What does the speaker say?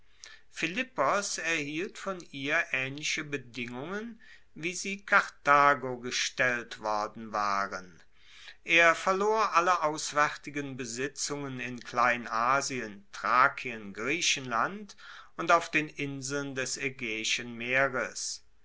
philippos erhielt von ihr aehnliche bedingungen wie sie karthago gestellt worden waren er verlor alle auswaertigen besitzungen in kleinasien thrakien griechenland und auf den inseln des aegaeischen meeres